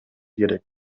керек